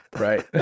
right